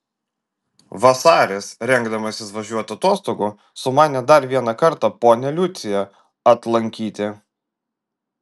vasaris rengdamasis važiuoti atostogų sumanė dar vieną kartą ponią liuciją atlankyti